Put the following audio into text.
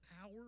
power